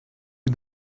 you